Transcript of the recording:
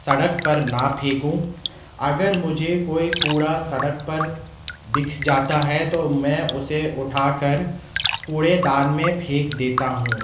سڑک پر نہ پھینکوں اگر مجھے کوئی کوڑا سڑک پر دکھ جاتا ہے تو میں اسے اٹھا کر کوڑے دان میں پھینک دیتا ہوں